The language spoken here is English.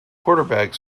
quarterback